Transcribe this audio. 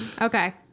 Okay